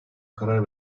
karar